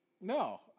No